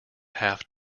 half